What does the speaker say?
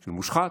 של מושחת.